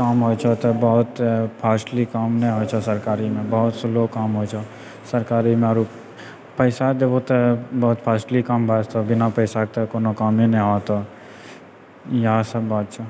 काम होइ छै तऽ बहुत फास्टली काम नहि होइ छऽ सरकारीमे बहुत स्लो काम होइ छऽ सरकारीमे पैसा देबौ तऽ बहुत फास्टली काम भए जेतो बिना पैसा तऽ कोनो कामे ने होतो इएह सब बात छै